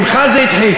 ממך זה התחיל,